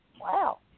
wow